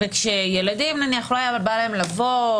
וכשילדים נניח לא רצו לבוא,